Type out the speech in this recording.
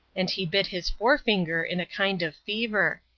and he bit his forefinger in a kind of fever.